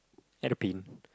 at the pin